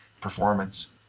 performance